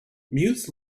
mutes